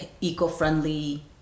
eco-friendly